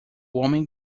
homem